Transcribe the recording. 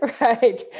right